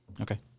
Okay